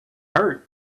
hurt